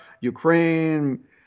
Ukraine